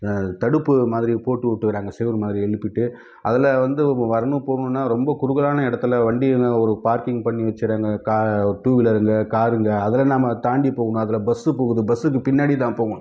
தடுப்பு மாதிரி போட்டுவிட்ருறாங்க செவரு மாதிரி எழுப்பிட்டு அதில் வந்து வரணும் போகணுனா ரொம்ப குறுகலான இடத்துல வண்டிங்க ஒரு பார்க்கிங் பண்ணி வச்சிடுறாங்க கா டுவீலருங்க காருங்க அதில் நம்ம தாண்டி போகணும் அதில் பஸ் போகுது பஸ்ஸுக்கு பின்னாடிதான் போகணும்